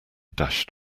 dashed